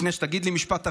לפני שתגיד לי משפט אחרון,